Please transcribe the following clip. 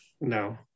No